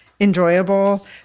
enjoyable